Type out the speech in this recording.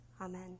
Amen